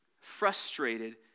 frustrated